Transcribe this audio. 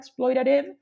exploitative